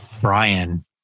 brian